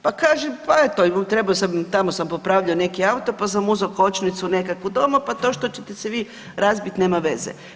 Pa kaže, pa eto, trebao sam tamo sam popravljao neki auto pa sam uzeo kočnicu nekakvu doma pa to što ćete se vi razbiti, nema veze.